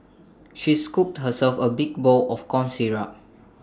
she scooped herself A big bowl of corn syrup